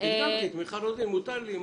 הקדמתי את מיכל רוזין, מותר לי.